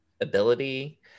ability